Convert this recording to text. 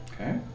Okay